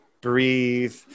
breathe